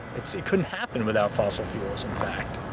it couldn't happen without fossil fuels, in fact.